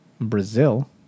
brazil